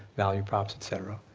value prompts, etc.